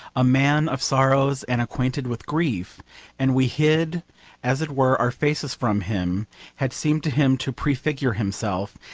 a man of sorrows and acquainted with grief and we hid as it were our faces from him had seemed to him to prefigure himself,